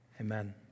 Amen